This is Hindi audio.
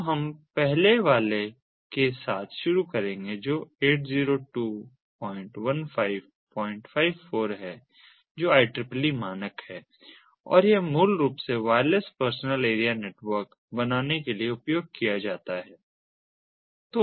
तो हम पहले वाले के साथ शुरू करेंगे जो 8021554 है जो IEEE मानक है और यह मूल रूप से वायरलेस पर्सनल एरिया नेटवर्क बनाने के लिए उपयोग किया जाता है